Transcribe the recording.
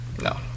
No